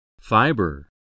Fiber